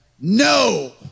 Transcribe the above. No